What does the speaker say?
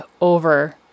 over